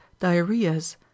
diarrheas